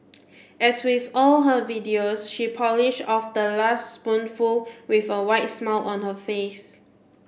as with all her videos she polished off the last spoonful with a wide smile on her face